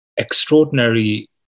extraordinary